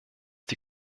die